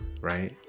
right